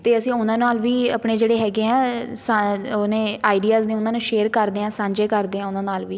ਅਤੇ ਅਸੀਂ ਉਹਨਾਂ ਨਾਲ ਵੀ ਆਪਣੇ ਜਿਹੜੇ ਹੈਗੇ ਆ ਸਾ ਉਹ ਨੇ ਆਈਡੀਆਜ ਨੇ ਉਹਨਾਂ ਨੂੰ ਸ਼ੇਅਰ ਕਰਦੇ ਹਾਂ ਸਾਂਝੇ ਕਰਦੇ ਹਾਂ ਉਹਨਾਂ ਨਾਲ ਵੀ